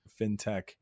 fintech